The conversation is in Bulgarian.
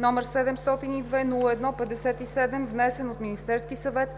№ 702-01-57, внесен от Министерския съвет